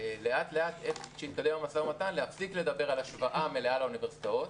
ואיך שהתקדם המשא-ומתן להפסיק לדבר על השוואה מלאה לאוניברסיטאות,